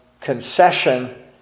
concession